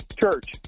church